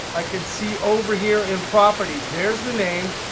i can see over here in properties, there's the name.